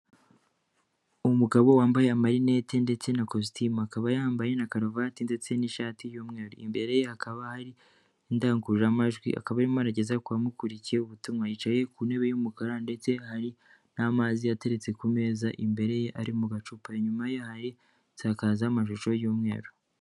Umugabo wambaye amarinete ndetse na kositimu, akaba yambaye na karuvati ndetse n'ishati y'umweru, imbere ye hakaba hari indangururamajwi, akaba arimo arageza ku bamukurikiye ubutumwa, yicaye ku ntebe y'umukara ndetse hari n'amazi ateretse ku meza imbere ye ari mu gacupa, inyuma ye hari insakazamashusho y'umweru.